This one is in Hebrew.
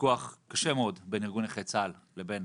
ויכוח קשה מאוד בין ארגון נכי צה"ל לבין